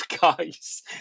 guys